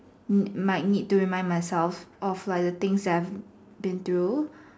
might need to remind myself of like the things I have been through